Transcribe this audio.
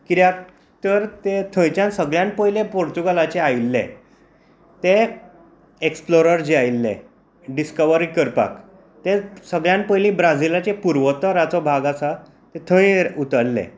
कित्याक तर ते थंयच्यान सगळ्यांत पयलीं पुर्तुगालच्यान आयिल्ले ते एक्सप्लोरर जे आयिल्ले डिस्कवरी करपाक ते सगळ्यांत पयलीं ब्राजीलाचे पुर्वत्तराचो भाग आसा ते थंय उतारले